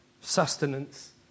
sustenance